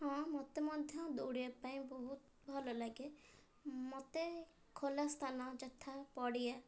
ହଁ ମୋତେ ମଧ୍ୟ ଦୌଡ଼ିବା ପାଇଁ ବହୁତ ଭଲ ଲାଗେ ମୋତେ ଖୋଲା ସ୍ଥାନ ଯଥା ପଡ଼ିଆ